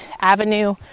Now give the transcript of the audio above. avenue